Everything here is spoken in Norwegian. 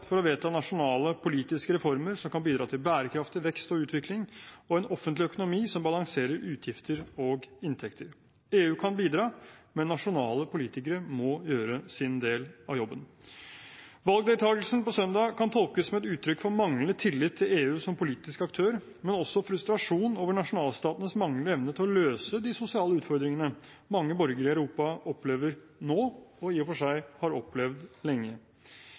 for å vedta nasjonale politiske reformer som kan bidra til bærekraftig vekst og utvikling og en offentlig økonomi som balanserer utgifter og inntekter. EU kan bidra, men nasjonale politikere må gjøre sin del av jobben. Valgdeltakelsen på søndag kan tolkes som et uttrykk for manglende tillit til EU som politisk aktør, men også som frustrasjon over nasjonalstatens manglende evne til å løse de sosiale utfordringene mange borgere i Europa opplever nå, og i og for seg har opplevd lenge.